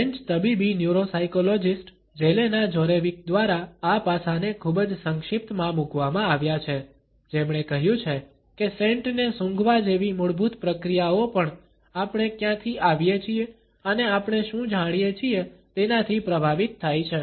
French તબીબી neuropsychologist Jelena Djordjevic દ્વારા આ પાસાને ખૂબ જ સંક્ષિપ્તમાં મુકવામાં આવ્યા છે જેમણે કહ્યું છે કે સેન્ટને સુંઘવા જેવી મૂળભૂત પ્રક્રિયાઓ પણ આપણે ક્યાંથી આવીએ છીએ અને આપણે શું જાણીએ છીએ તેનાથી પ્રભાવિત થાય છે